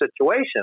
situation